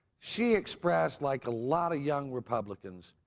she expressed like a lot of young republicans,